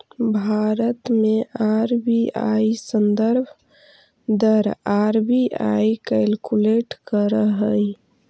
भारत में आर.बी.आई संदर्भ दर आर.बी.आई कैलकुलेट करऽ हइ